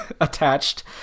attached